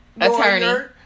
attorney